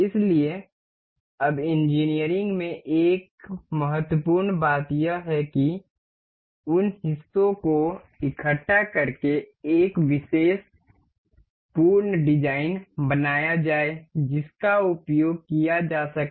इसलिए अब इंजीनियरिंग में एक महत्वपूर्ण बात यह है कि उन हिस्सों को इकट्ठा करके एक विशेष पूर्ण डिजाइन बनाया जाए जिसका उपयोग किया जा सके